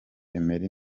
emery